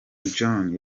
john